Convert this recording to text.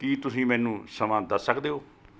ਕੀ ਤੁਸੀਂ ਮੈਨੂੰ ਸਮਾਂ ਦੱਸ ਸਕਦੇ ਹੋ